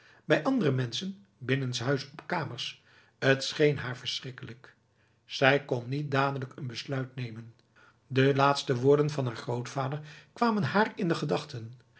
bij andere menschen binnenshuis op kamers t scheen haar verschrikkelijk zij kon niet dadelijk een besluit nemen de laatste woorden van grootvader kwamen haar in de gedachten